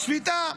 שביתה.